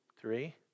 three